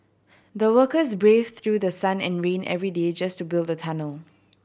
the workers braved through the sun and rain every day just to build the tunnel